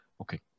okay